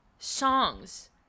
songs